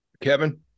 Kevin